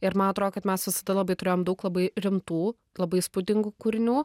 ir man atrodo kad mes visada labai turėjom daug labai rimtų labai įspūdingų kūrinių